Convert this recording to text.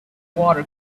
water